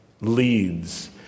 leads